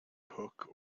hook